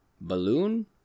Balloon